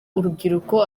urubyiruko